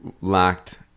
lacked